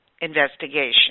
investigation